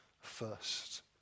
first